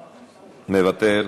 מוותר,